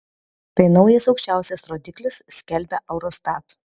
tai naujas aukščiausias rodiklis skelbia eurostat